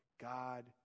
god